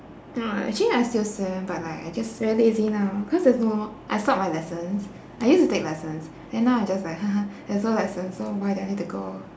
oh actually I still swim but like I just very lazy now because there's no more I stopped my lessons I used to take lessons then now it's just like ha ha there's no lessons so why do I need to go